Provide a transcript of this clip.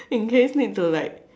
in case need to like